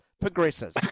progresses